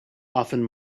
often